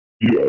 Yes